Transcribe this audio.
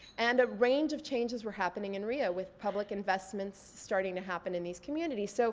and a range of changes were happening in rio with public investments starting to happen in these communities. so